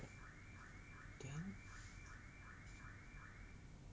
then